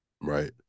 Right